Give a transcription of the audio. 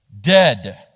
dead